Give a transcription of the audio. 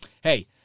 hey